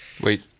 wait